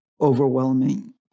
overwhelming